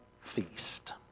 feast